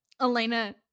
Elena